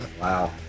Wow